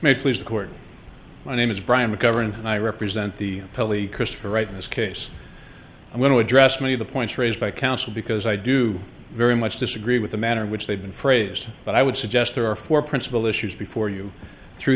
may please the court my name is brian mcgovern and i represent the pelly christopher right in this case i'm going to address many of the points raised by counsel because i do very much disagree with the manner in which they've been phrased but i would suggest there are four principle issues before you through